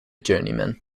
journeyman